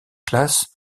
classe